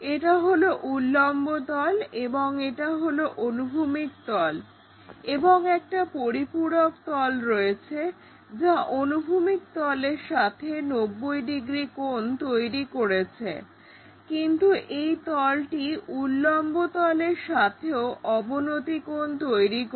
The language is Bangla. এটা হলো উল্লম্ব তল এবং এটা হলো অনুভূমিক তল এবং একটা পরিপূরক তল রয়েছে যা অনুভূমিক তলের সাথে 90 ডিগ্রী কোণ তৈরি করেছে কিন্তু এই তলটি উল্লম্ব তলের সাথেও অবনতি কোণ তৈরি করে